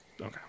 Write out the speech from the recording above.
okay